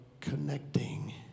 connecting